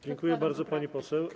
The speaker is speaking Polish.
Dziękuję bardzo, pani poseł.